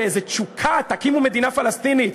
באיזה תשוקה: תקימו מדינה פלסטינית.